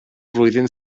flwyddyn